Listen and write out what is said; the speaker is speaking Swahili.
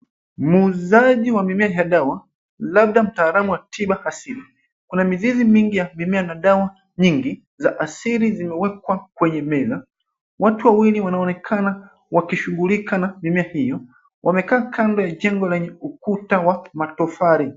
Muuzaji wa mimea ya dawa labda mtaalamu wa tiba asili ana mizizi nyingi ya mimea na dawa nyingi za asili zimewekwa kwenye meza. Watu wawili wanaonekana wakishughulika na mimea hiyo. Wamekaa kando ya jengo lenye ukuta wa matofali.